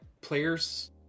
players